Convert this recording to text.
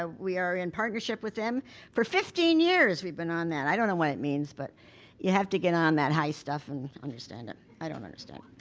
ah we are in partnership with them for fifteen years we've been on that. i don't know what it means, but you have to get on that high stuff, and understand it, i don't understand